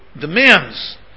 demands